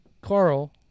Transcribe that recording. Carl